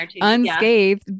unscathed